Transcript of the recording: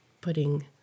putting